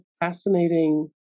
fascinating